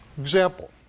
Example